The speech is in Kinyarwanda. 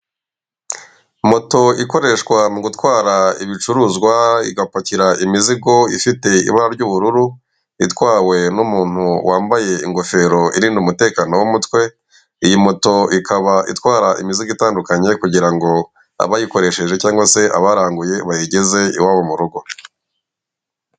Moto ikoreshwa mu gutwara ibicuruzwa igapakira imizigo ifite ibara ry'ubururu, itwawe n'umuntu wambaye ingofero irinda imutekano w'umutwe, iyi moto ikaba itwara imizigo itandukanye kugira ngo abayikoresheje cyangwa se abaranguye bayigeze iwabo mu rugo.